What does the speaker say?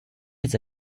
has